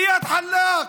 איאד אלחלאק.